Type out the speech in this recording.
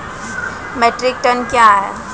Metric ton कया हैं?